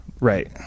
Right